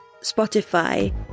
Spotify